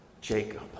Jacob